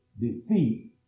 defeat